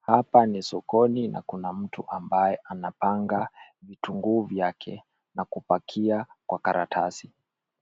Hapa ni sokoni na kuna mtu ambaye anapanga vitunguu vyake na kupakia kwa karatasi.